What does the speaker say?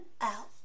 out